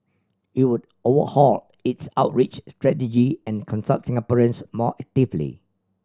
it would overhaul its outreach strategy and consult Singaporeans more actively